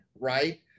right